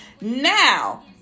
Now